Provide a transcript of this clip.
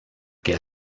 que